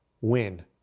win